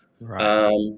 Right